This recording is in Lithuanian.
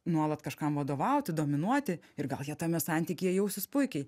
nuolat kažkam vadovauti dominuoti ir gal jie tame santykyje jausis puikiai